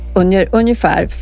ungefär